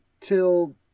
till